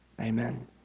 amen